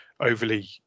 overly